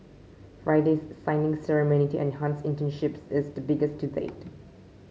Friday's signing ceremony to enhance internships is the biggest to date